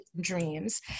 dreams